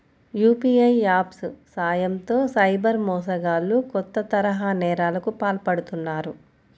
UPI apps సాయంతో cyber మోసగాళ్లు కొత్త తరహా నేరాలకు పాల్పడుతున్నారు